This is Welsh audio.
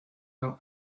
cael